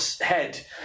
head